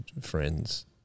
friends